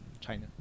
China